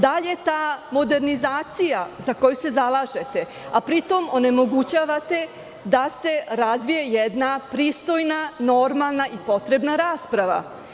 Da li je to ta modernizacija za koju se zalažete, a pritom onemogućavate da se razvije jedna pristojna, normalna i potrebna rasprava?